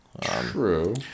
True